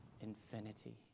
infinity